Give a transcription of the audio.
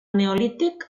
neolític